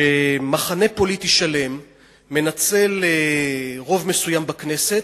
שמחנה פוליטי שלם מנצל רוב מסוים בכנסת